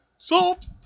Salt